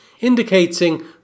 indicating